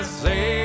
say